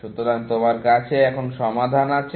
সুতরাং তোমার কাছে এখন সমাধান আছে